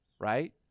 right